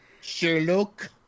Sherlock